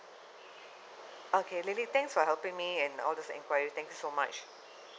okay lily thanks for helping me and all those enquiries thank you so much